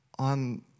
on